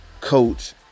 coach